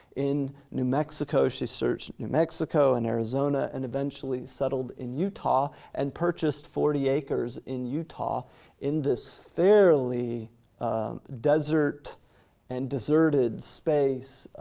in new mexico. she searched new mexico and arizona and eventually settled in utah and purchased forty acres in utah in this fairly desert and deserted space.